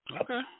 Okay